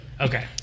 Okay